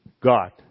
God